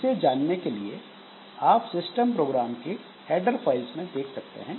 इसे जानने के लिए आप सिस्टम प्रोग्राम के हेडर फाइल्स में देख सकते हैं